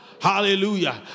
Hallelujah